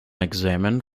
examined